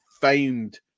famed